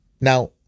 Now